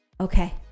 Okay